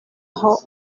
aho